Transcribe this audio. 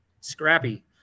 scrappy